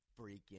freaking